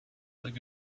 like